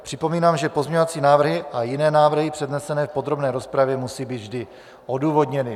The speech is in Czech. Připomínám, že pozměňovací návrhy a jiné návrhy přednesené v podrobné rozpravě musí být vždy odůvodněny.